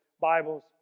Bibles